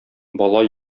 бала